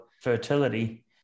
fertility